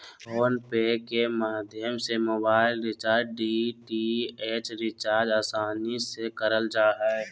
phone पे के माध्यम से मोबाइल रिचार्ज, डी.टी.एच रिचार्ज आसानी से करल जा हय